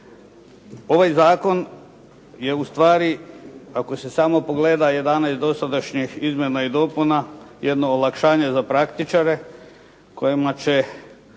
Ovaj zakon je ustvari ako se samo pogleda 11 dosadašnjih izmjena i dopuna jedno olakšanje za praktičare kojima će